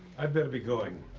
i'd better be going.